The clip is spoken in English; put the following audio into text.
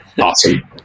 awesome